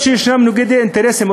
אף-על-פי שיש ניגודי אינטרסים,